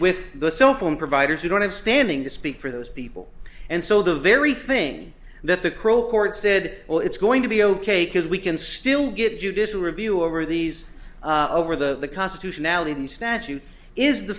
with the cell phone providers who don't have standing to speak for those people and so the very thing that the crow court said well it's going to be ok because we can still get judicial review over these over the constitutionality of the statute is the